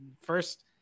first